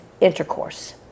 intercourse